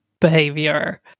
behavior